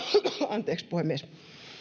anteeksi puhemies